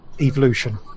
evolution